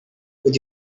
would